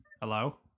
Hello